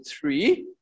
three